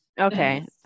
Okay